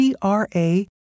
CRA